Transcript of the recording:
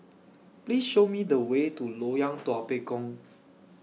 Please Show Me The Way to Loyang Tua Pek Kong